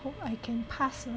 hope I can pass ah